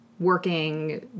working